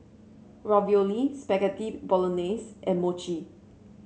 Ravioli Spaghetti Bolognese and Mochi